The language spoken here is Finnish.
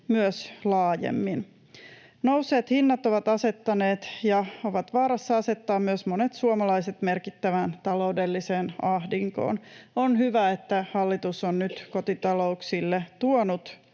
myös laajemmin. Nousseet hinnat ovat asettaneet ja ovat vaarassa asettaa myös monet suomalaiset merkittävään taloudelliseen ahdinkoon. On hyvä, että hallitus on nyt kotitalouksille tuonut